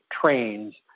trains